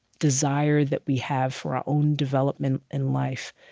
desire that we have for our own development in life,